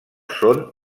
són